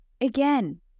again